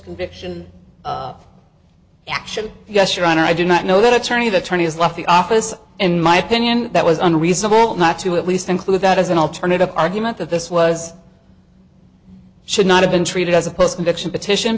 conviction actually yes your honor i do not know that attorney the attorney has left the office in my opinion that was unreasonable not to at least include that as an alternative argument that this was should not have been treated as opposed to action petition